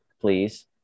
please